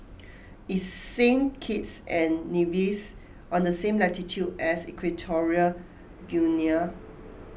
is Saint Kitts and Nevis on the same latitude as Equatorial Guinea